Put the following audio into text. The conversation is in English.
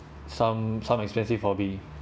some some expensive hobby